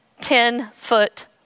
ten-foot